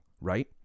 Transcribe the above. right